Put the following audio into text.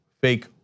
fake